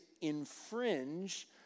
infringe